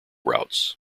routes